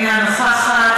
איננה נוכחת,